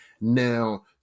Now